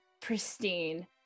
pristine